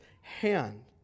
hand